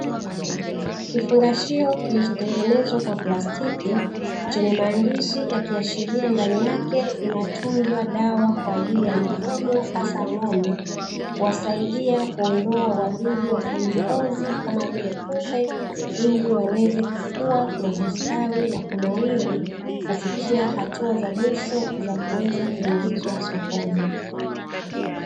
kifungashio kilichotengenezwa kwa plastiki ,chenye maandishi kikiashiria ndani yake inatunzwa dawa kwaajili ya mifugo hasa ngombe kuwasaidia kuondoa wadudu wa kwenye ngozi kama vile kupe ili waweze kukua na kustawi na kunawiri na kufukia hatua za mwisho za kuweza kuingizwa sokoni.